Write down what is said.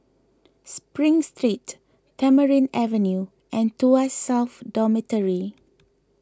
Spring Street Tamarind Avenue and Tuas South Dormitory